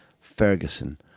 Ferguson